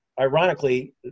ironically